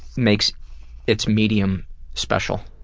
makes its medium special.